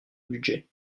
budget